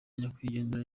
nyakwigendera